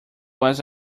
was